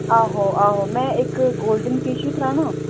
आहो आहो में इक गोल्डन फेशिअल कराना